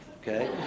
Okay